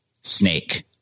snake